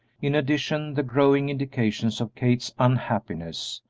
in addition, the growing indications of kate's unhappiness,